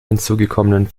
hinzugekommenen